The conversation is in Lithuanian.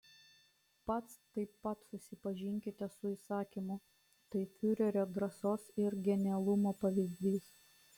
pats taip pat susipažinkite su įsakymu tai fiurerio drąsos ir genialumo pavyzdys